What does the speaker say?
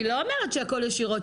היא לא אומרת שהכול ישירות,